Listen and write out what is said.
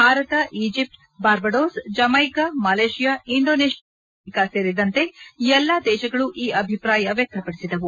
Bharat Egypt Barbados Jamaica Malaysia Indonesia ಮತ್ತು ದಕ್ಷಿಣ Africa ಸೇರಿದಂತೆ ಎಲ್ಲಾ ದೇಶಗಳು ಈ ಅಭಿಪ್ರಾಯ ವ್ಯಕ್ತಪದಿಸಿದವು